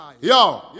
Yo